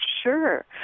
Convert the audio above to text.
Sure